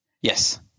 Yes